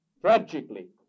tragically